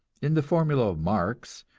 in the formula of marx,